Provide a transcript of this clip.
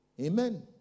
Amen